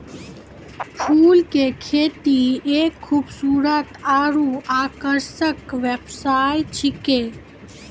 फूल के खेती एक खूबसूरत आरु आकर्षक व्यवसाय छिकै